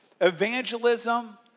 evangelism